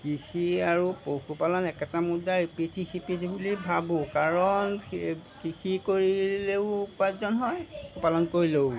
কৃষি আৰু পশুপালন একেটা মুদ্ৰাৰে ইপিঠি সিপিঠি বুলিয়ে ভাবোঁ কাৰণ কৃষি কৰিলেও উপাৰ্জন হয় পশুপালন কৰিলেও